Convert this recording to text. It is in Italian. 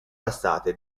passate